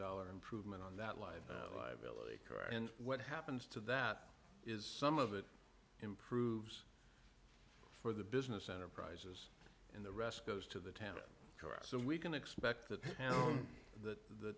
dollar improvement on that line car and what happens to that is some of it improves for the business enterprises and the rest goes to the town car so we can expect that th